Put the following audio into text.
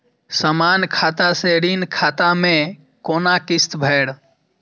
समान खाता से ऋण खाता मैं कोना किस्त भैर?